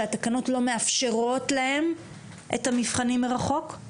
שהתקנות לא מאפשרות להן את המבחנים מרחוק.